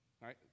right